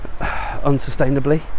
unsustainably